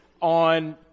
on